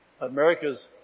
America's